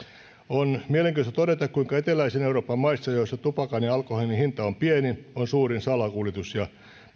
on mielenkiintoista todeta kuinka eteläisen euroopan maissa joissa tupakan ja alkoholin hinta on pieni on suurin salakuljetus ja